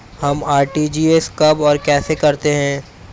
हम आर.टी.जी.एस कब और कैसे करते हैं?